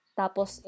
tapos